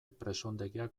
presondegia